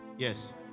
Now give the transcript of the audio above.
Yes